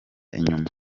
inyuma